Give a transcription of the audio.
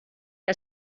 que